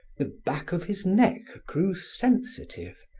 the back of his neck grew sensitive,